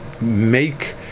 make